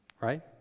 Right